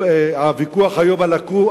הוויכוח היום על התחנה